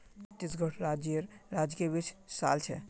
छत्तीसगढ़ राज्येर राजकीय वृक्ष साल छे